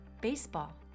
baseball